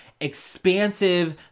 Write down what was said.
expansive